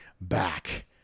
back